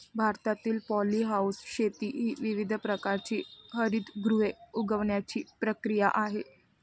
भारतातील पॉलीहाऊस शेती ही विविध प्रकारची हरितगृहे उगवण्याची प्रक्रिया आहे